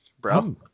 bro